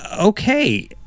okay